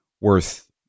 worth